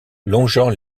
longeant